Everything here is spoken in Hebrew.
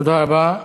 תודה רבה.